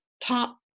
top